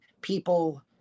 people